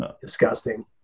disgusting